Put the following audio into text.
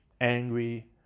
angry